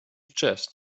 chest